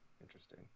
Interesting